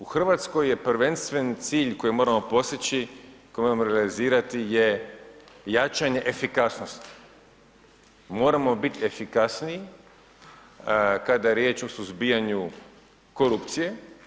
U Hrvatskoj je prvenstveni cilj koji moramo postići, koji moramo organizirati je jačanje efikasnosti i moramo biti efikasniji kada je riječ o suzbijanju korupcije.